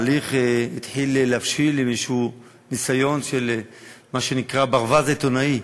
התחיל להבשיל תהליך עם איזשהו ניסיון של מה שנקרא ברווז עיתונאי: